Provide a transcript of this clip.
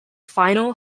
final